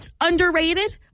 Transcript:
Underrated